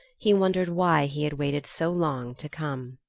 he wondered why he had waited so long to come.